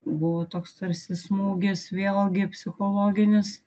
buvo toks tarsi smūgis vėlgi psichologinis